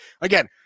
Again